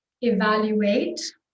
evaluate